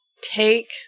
Take